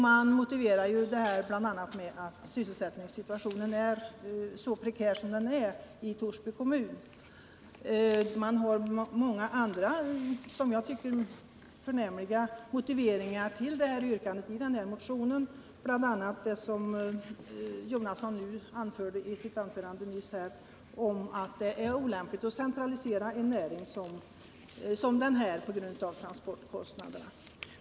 Man motiverar det främst med att sysselsättningssituationen är så prekär som den är i Torsby kommun. Man har också många andra som jag tycker förnämliga motiveringar till yrkandet, bl.a. det som Bertil Jonasson tog upp i sitt anförande nyss, att det är olämpligt att centralisera en näring som den här på grund av transportkostnaderna.